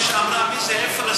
מה זה?